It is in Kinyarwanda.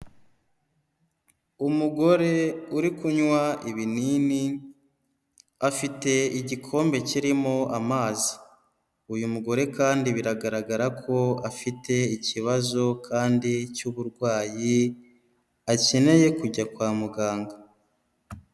Umugore uri kunywa ibinini afite igikombe kirimo amazi uyu mugore kandi biragaragara ko afite ikibazo kandi cy'uburwayi akeneye kujya kwa muganga.